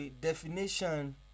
definition